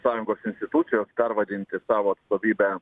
sąjungos institucijos pervadinti savo atstovybę